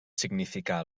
significà